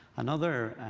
another